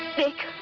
pick